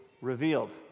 revealed